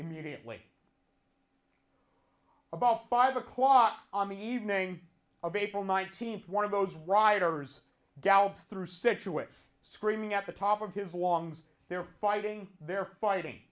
immediately about five o'clock on the evening of april nineteenth one of those riders down through situates screaming at the top of his lungs they're fighting they're fighting